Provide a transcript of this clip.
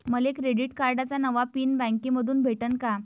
मले क्रेडिट कार्डाचा नवा पिन बँकेमंधून भेटन का?